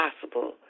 possible